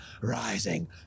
rising